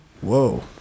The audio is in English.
Whoa